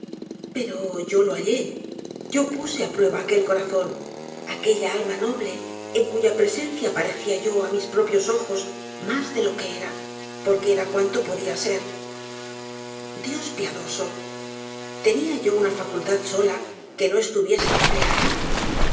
pero yo lo hallé yo puseá prueba aquel corazón aquella alma noble en cuya presencia parecia yo á mis propios ojos mas de lo que era porque era cuanto podía ser dios piadoso tenia yo una facultad sola que no estuviese empleada